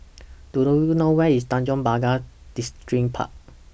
Do YOU know know Where IS Tanjong Pagar Distripark